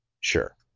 sure